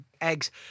eggs